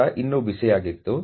ಯಂತ್ರ ಇನ್ನೂ ಬಿಸಿಯಾಗಿತ್ತು